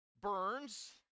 burns